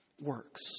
works